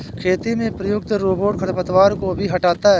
खेती में प्रयुक्त रोबोट खरपतवार को भी हँटाता है